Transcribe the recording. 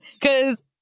cause